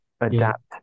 adapt